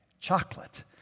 chocolate